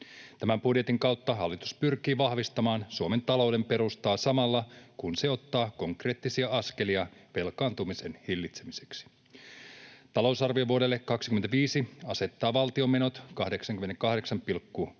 Tämän budjetin kautta hallitus pyrkii vahvistamaan Suomen talouden perustaa samalla, kun se ottaa konkreettisia askelia velkaantumisen hillitsemiseksi. Talousarvio vuodelle 25 asettaa valtion menot 88,8